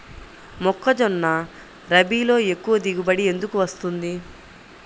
మొక్కజొన్న రబీలో ఎక్కువ దిగుబడి ఎందుకు వస్తుంది?